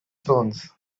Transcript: stones